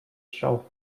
shelf